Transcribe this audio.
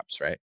right